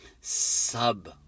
sub